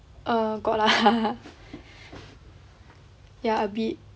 err got lah ya a bit